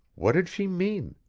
what did she mean?